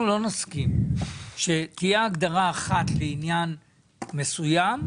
אנחנו לא נסכים לכך שתהיה הגדרה אחת לעניין מסוים,